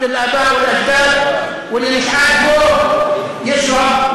ותפסיקו להטיף לנו מוסר,